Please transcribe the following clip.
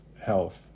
health